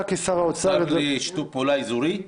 השר לשיתוף פעולה אזורי?